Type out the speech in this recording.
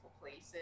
places